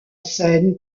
scène